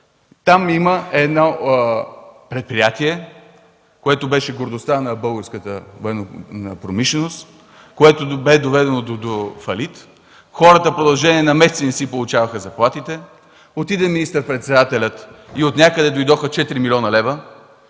Там има едно предприятие, което беше гордостта на българската военна промишленост, което бе доведено да фалит. Хората в продължение на месеци не си получаваха заплатите. Отиде министър-председателят и отнякъде дойдоха 4 млн. лв.